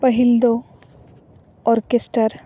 ᱯᱟᱹᱦᱤᱞ ᱫᱚ ᱚᱨᱠᱮᱥᱴᱟᱨ